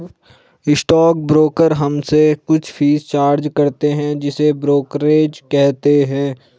stock broker हमसे कुछ fees charge करते हैं जिसे ब्रोकरेज कहते हैं